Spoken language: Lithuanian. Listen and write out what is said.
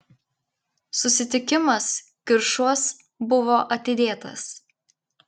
susitikimas kiršuos buvo atidėtas